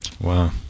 Wow